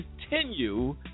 Continue